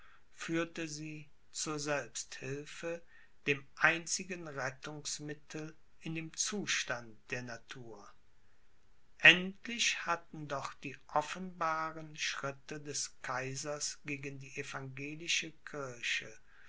führte sie zur selbsthilfe dem einzigen rettungsmittel in dem zustand der natur endlich hatten doch die offenbaren schritte des kaisers gegen die evangelische kirche